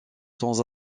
sans